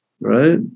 right